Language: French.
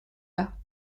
bas